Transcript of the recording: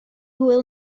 hwyl